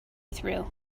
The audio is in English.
through